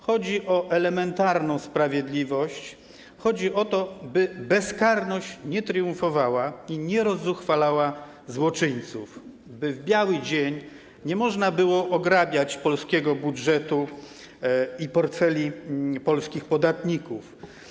Chodzi o elementarną sprawiedliwość, chodzi o to, by bezkarność nie triumfowała i nie rozzuchwalała złoczyńców, by w biały dzień nie można było ograbiać polskiego budżetu i portfeli polskich podatników.